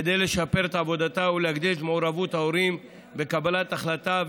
כדי לשפר את עבודתה ולהגדיל את מעורבות ההורים בקבלת ההחלטה,